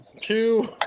two